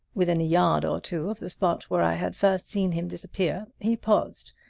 within a yard or two of the spot where i had first seen him disappear he paused,